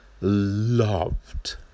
loved